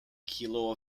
kilo